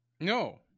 No